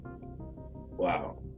Wow